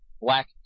Black